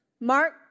Mark